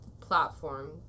platform